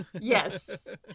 yes